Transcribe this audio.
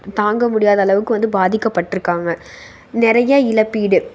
தாங்க முடியாத அளவுக்கு வந்து பாதிக்கப்பட்டிருக்காங்க நிறைய இழப்பீடு